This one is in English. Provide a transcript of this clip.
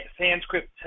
Sanskrit